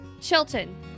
Chilton